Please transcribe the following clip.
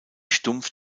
stumpf